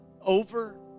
over